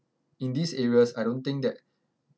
in these areas I don't think that